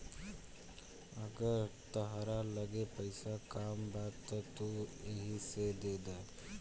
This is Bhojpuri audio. अगर तहरा लगे पईसा कम बा त तू एही से देद